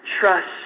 Trust